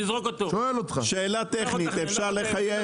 שאלה טכנית, אפשר לחייב?